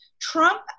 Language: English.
Trump